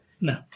No